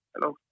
Hello